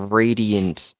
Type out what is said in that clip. radiant